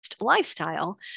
lifestyle